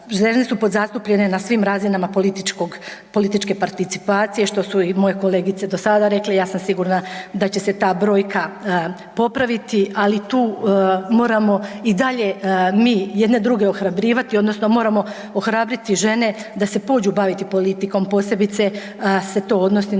Žene su podzastupljene na svim razinama političkog, političke participacije što su i moje kolegice do sada rekle, ja sam sigurna da će se ta brojka popraviti, ali tu moramo i dalje mi jedne druge ohrabrivati odnosno moramo ohrabriti žene da se pođu baviti politikom. Posebice se to odnosi na žene